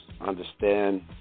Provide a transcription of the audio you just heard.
Understand